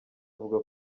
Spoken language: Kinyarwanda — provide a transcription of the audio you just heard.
avuga